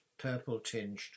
Purple-tinged